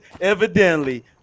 Evidently